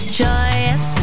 joyous